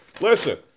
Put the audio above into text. Listen